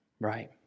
right